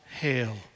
hail